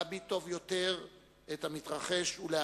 להביט טוב יותר במתרחש ולהבינו.